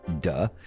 duh